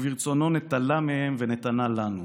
וברצונו נטלה מהם ונתנה לנו.